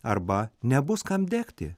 arba nebus kam degti